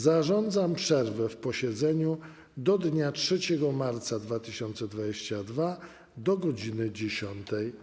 Zarządzam przerwę w posiedzeniu do dnia 3 marca 2022 r. do godz. 10.